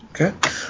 Okay